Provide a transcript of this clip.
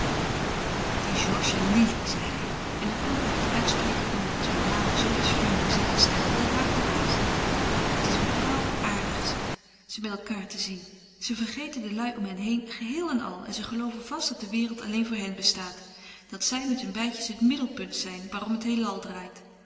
en lili zeide hij en er klonk bij het uitspreken dier twee namen zoo iets vriendelijks in zijn stem dat het haar verbaasde het is bepaald aardig ze met elkaâr te zien ze vergeten de lui om hen heen geheel en al en ze gelooven vast dat de wereld alleen voor hen bestaat dat zij met hun beidjes het middelpunt zijn waarom het heelal draait